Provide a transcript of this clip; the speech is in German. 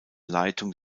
leitung